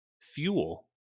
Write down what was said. Fuel